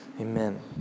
Amen